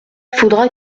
faudra